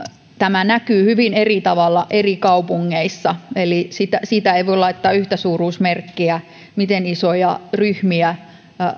tämä näkyy hyvin eri tavalla eri kaupungeissa eli ei voi laittaa yhtäsuuruusmerkkiä siinä miten isoja